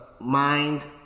mind